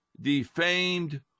defamed